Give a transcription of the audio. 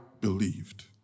believed